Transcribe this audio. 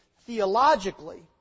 theologically